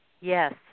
Yes